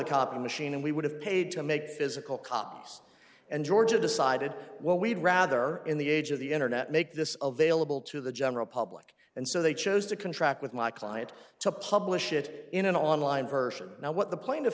copy machine and we would have paid to make physical copies and georgia decided well we'd rather in the age of the internet make this available to the general public and so they chose to contract with my client to publish it in an online version now what the pla